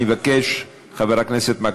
אני מבקש להוסיף את שמו של חבר הכנסת מקלב,